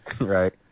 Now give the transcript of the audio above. Right